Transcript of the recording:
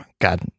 God